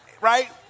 right